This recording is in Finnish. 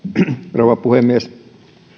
rouva puhemies